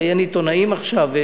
הרי אין עיתונאים עכשיו,